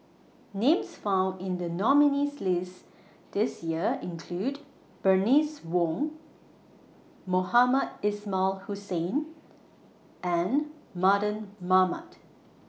Names found in The nominees' list This Year include Bernice Wong Mohamed Ismail Hussain and Mardan Mamat